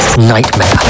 Nightmare